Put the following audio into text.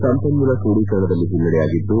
ಸಂಪನ್ಮೂಲ ಕ್ರೋಢಿಕರಣದಲ್ಲಿ ಹಿನ್ನೆಡೆಯಾಗಿದ್ದು